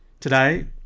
Today